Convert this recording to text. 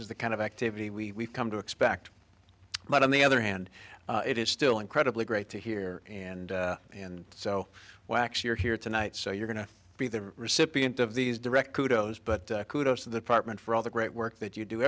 is the kind of activity we come to expect but on the other hand it is still incredibly great to hear and and so wax you're here tonight so you're going to be the recipient of these direct cudos but kudos to the partment for all the great work that you do